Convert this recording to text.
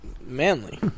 Manly